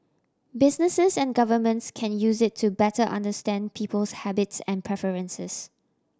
businesses and governments can use it to better understand people's habits and preferences